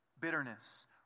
Bitterness